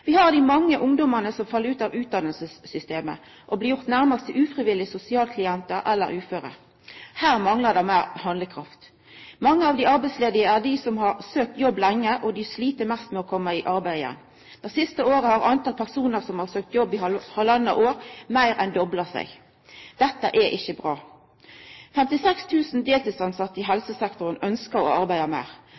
Vi har dei mange ungdommane som fell ut av utdanningssystemet og blir gjorde nærmast til ufrivillige sosialklientar eller uføre. Her manglar det meir handlekraft. Mange av dei arbeidsledige har søkt jobb lenge. Dei slit mest med å koma i arbeid igjen. Det siste året har talet på personar som har søkt jobb i halvtanna år, meir enn dobla seg. Dette er ikkje bra. 56 000 deltidstilsette i helsesektoren ønskjer å arbeida meir.